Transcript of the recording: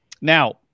Now